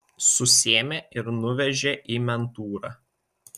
susėmė ir nuvežė į mentūrą